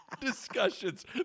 Discussions